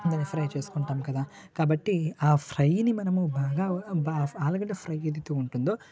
అందులో ఫ్రై చేసుకుంటాం కదా కాబట్టి ఆ ఫ్రైని మనము బాగా ఆలుగడ్డ ఫ్రై ఏదైతే ఉంటుందో